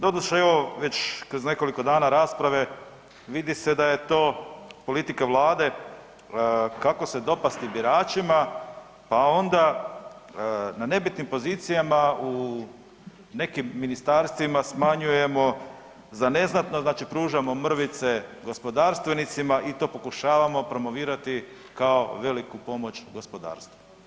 Doduše, evo već kroz nekoliko dana rasprave vidi se da je to politika vlade kako se dopasti biračima, pa onda na nebitnim pozicijama u nekim ministarstvima smanjujemo za neznatno, znači pružamo mrvice gospodarstvenicima i to pokušavamo promovirati kao veliku pomoć gospodarstvu.